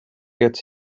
gets